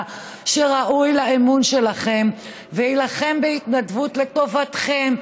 שראויים לאמון שלכם וילחמו בהתנדבות לטובתכם,